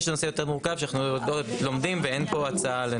יש נושא יותר מורכב שאנחנו עוד לומדים ואין פה הצעה.